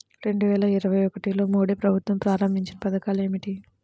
రెండు వేల ఇరవై ఒకటిలో మోడీ ప్రభుత్వం ప్రారంభించిన పథకాలు ఏమిటీ?